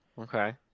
Okay